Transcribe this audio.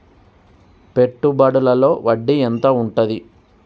పెట్టుబడుల లో వడ్డీ ఎంత ఉంటది?